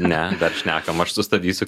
ne šnekam aš sustabdysiu